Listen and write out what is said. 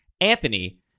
Anthony